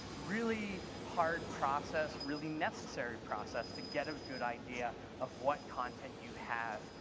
really hard process, really necessary process to get a good idea of what content you have,